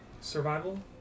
survival